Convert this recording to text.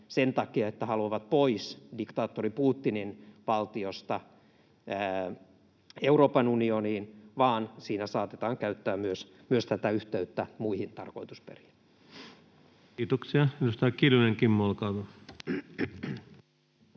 sen takia, että haluavat pois diktaattori Putinin valtiosta Euroopan unioniin, vaan siinä saatetaan käyttää myös tätä yhteyttä muihin tarkoitusperiin. Arvoisa puhemies! Minä kuuntelin